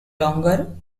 longer